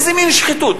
איזה מין שחיתות?